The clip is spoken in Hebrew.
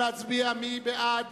נא להצביע, מי בעד